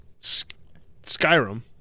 Skyrim